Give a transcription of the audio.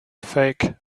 fake